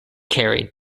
carried